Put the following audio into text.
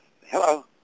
Hello